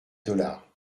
dollars